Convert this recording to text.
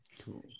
Cool